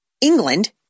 England